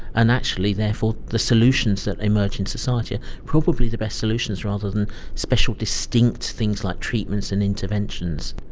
and actually therefore the solutions that emerge in society are probably the best solutions rather than special distinct things like treatments and interventions.